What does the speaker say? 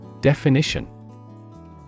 Definition